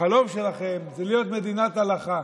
החלום שלכם זה להיות מדינת הלכה,